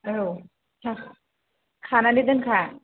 औ खानानै दोनखा